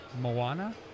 Moana